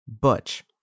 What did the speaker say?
Butch